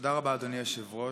תודה רבה, אדוני היושב-ראש.